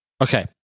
Okay